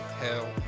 Hell